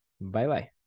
Bye-bye